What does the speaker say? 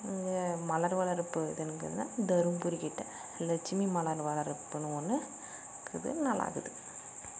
மலர் வளர்ப்புங்கிறது தர்மபுரி கிட்டே லட்சுமி மலர் வளர்ப்புன்னு ஒன்றுக்குது நல்லாருக்குது